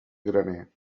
graner